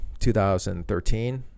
2013